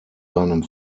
seinem